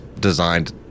designed